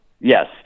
Yes